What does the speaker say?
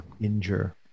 injure